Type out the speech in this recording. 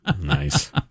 Nice